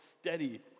steady